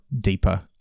deeper